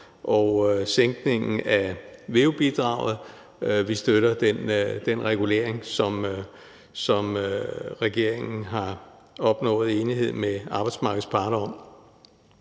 og sænkningen af veu-bidraget; vi støtter den regulering, som regeringen har opnået enighed med arbejdsmarkedets parter om.